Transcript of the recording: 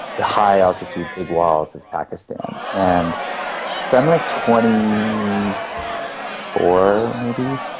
the high altitude, big walls of pakistan. and so i'm like twenty four, maybe,